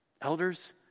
Elders